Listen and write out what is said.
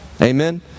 Amen